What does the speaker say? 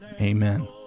Amen